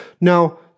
Now